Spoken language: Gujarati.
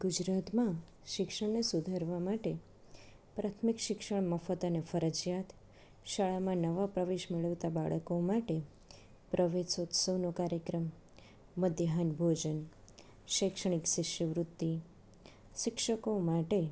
ગુજરાતમાં શિક્ષણને સુધારવા માટે પ્રાથમિક શિક્ષણ મફત અને ફરજિયાત શાળામાં નવા પ્રવેશ મેળવતા બાળકો માટે પ્રવેશ ઉત્સવનો કાર્યક્રમ મધ્યાહન ભોજન શૈક્ષણિક શિષ્યવૃતિ શિક્ષકો માટે